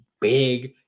big